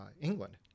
England